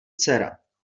dcera